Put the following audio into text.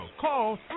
Call